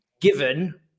given